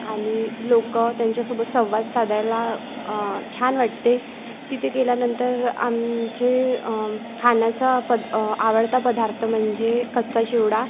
आणि लोकं त्यांच्यासोबत संवाद साधायला छान वाटते तिथे गेल्यानंतर आमचे खाण्याचा पद आवडता पदार्थ म्हणजे कच्चा चिवडा